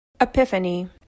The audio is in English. Epiphany